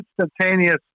instantaneous